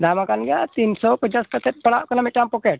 ᱫᱟᱢ ᱟᱠᱟᱱ ᱜᱮᱭᱟ ᱛᱤᱱᱥᱚ ᱯᱚᱸᱪᱟᱥ ᱠᱟᱛᱮᱫ ᱯᱟᱲᱟᱜ ᱠᱟᱱᱟ ᱢᱤᱫᱴᱟᱝ ᱯᱚᱠᱮᱴ